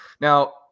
Now